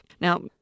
Now